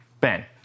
Ben